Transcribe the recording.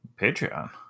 Patreon